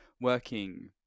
working